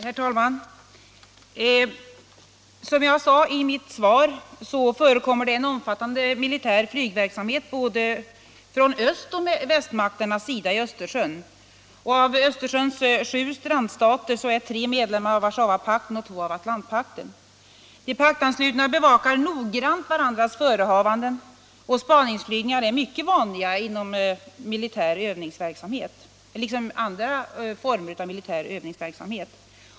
Herr talman! Som jag sade i mitt svar förekommer det i Östersjön en omfattande militär flygverksamhet från både öst och västmakternas sida. Av Östersjöns sju strandstater är tre medlemmar av Warszawapakten och två av Atlantpakten. De paktanslutna bevakar noggrant varandras förehavanden, och spaningsflygningar är mycket vanliga inom militär övningsverksamhet liksom andra former av militär verksamhet.